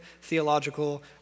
theological